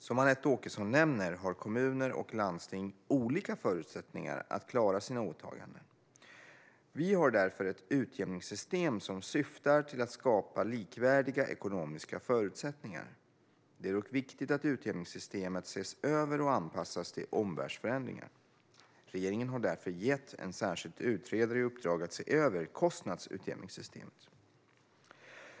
Som Anette Åkesson nämner har kommuner och landsting olika förutsättningar att klara sina åtaganden. Vi har därför ett utjämningssystem som syftar till att skapa likvärdiga ekonomiska förutsättningar. Det är dock viktigt att utjämningssystemet ses över och anpassas till omvärldsförändringar. Regeringen har därför gett en särskild utredare i uppdrag att se över kostnadsutjämningssystemet.